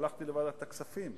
הלכתי לוועדת הכספים,